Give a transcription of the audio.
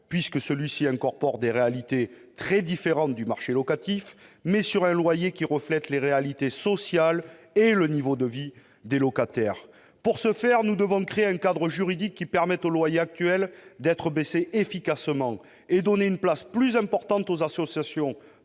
ALUR-puisque celui-ci incorpore des réalités très différentes du marché locatif -, mais sur un loyer qui reflète les réalités sociales et le niveau de vie des locataires. Pour ce faire, nous devons créer un cadre juridique qui permette aux loyers actuels d'être baissés efficacement et donner une place plus importante aux associations